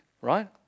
right